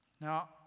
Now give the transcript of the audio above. Now